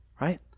Right